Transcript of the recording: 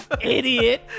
Idiot